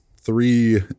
three